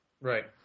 Right